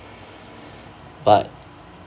but